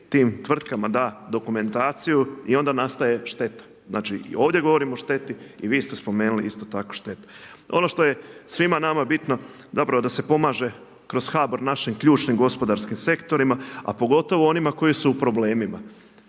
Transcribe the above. tim tvrtkama da dokumentaciju i onda nastaje šteta. Znači i ovdje govorim o šteti i vi ste spomenuli isto tako štetu. Ono što je svima nama bitno zapravo da se pomaže kroz HBOR našim ključnim gospodarskim sektorima, a pogotovo onima koji su u problemima.